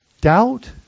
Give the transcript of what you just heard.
Doubt